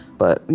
but, you